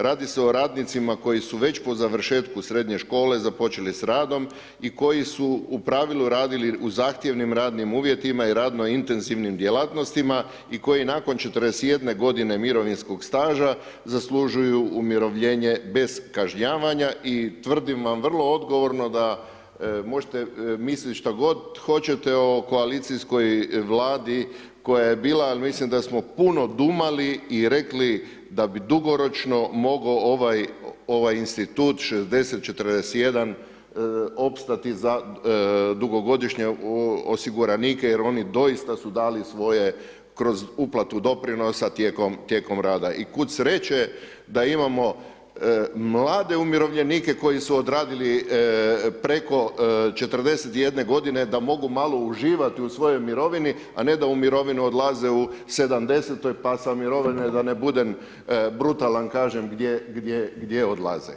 Radi se o radnicima koji su već po završetku srednje škole započeli s radom, i koji su u pravilu radili u zahtjevnim radnim uvjetima i radno intenzivnim djelatnostima, i koji nakon 41 godine mirovinskog staža zaslužuju umirovljenje bez kažnjavanja, i tvrdim vam vrlo odgovorno da, možete mislit što god hoćete o koalicijskoj Vladi koja je bila, mislim da smo puno dumali i rekli da bi dugoročno mogao ovaj, ovaj institut 60-41 opstati za dugogodišnje osiguranike jer oni doista su dali svoje kroz uplatu doprinosa tijekom rada i kud sreće da imamo mlade umirovljenike koji su odradili preko 41 godine, da mogu malo uživati u svojoj mirovini, a ne da u mirovinu odlaze u 70 pa sa mirovine, da ne budem brutalan kažem gdje, gdje, gdje odlaze.